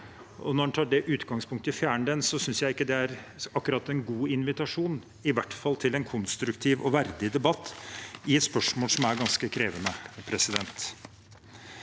når en tar utgangspunkt i å fjerne det, synes jeg ikke det akkurat er en god invitasjon, i hvert fall ikke til en konstruktiv og verdig debatt i et spørsmål som er ganske krevende. Representanten